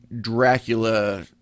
Dracula